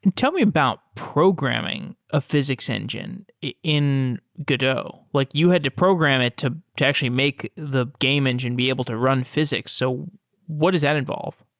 and tell me about programming a physics engine in godot. like you had to program it to to actually make the game engine be able to run physics. so what does that involve?